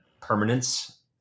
permanence